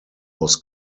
was